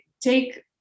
take